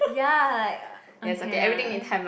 ya like okay lah